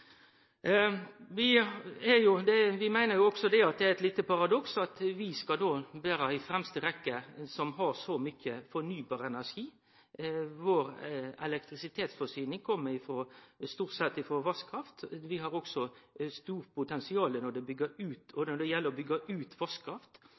Vi meiner òg at det er eit lite paradoks at vi skal vere i fremste rekkje som har så mykje fornybar energi. Vår elektrisitetsforsyning kjem stort sett frå vasskraft. Vi har òg stort potensial når det gjeld å byggje ut